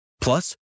Plus